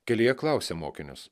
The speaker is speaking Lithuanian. kelyje klausė mokinius